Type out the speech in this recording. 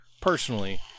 personally